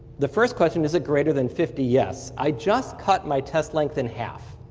the first question, is it greater than fifty? yes. i just cut my test length in half.